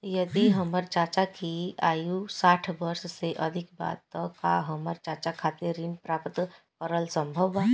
यदि हमर चाचा की आयु साठ वर्ष से अधिक बा त का हमर चाचा खातिर ऋण प्राप्त करल संभव बा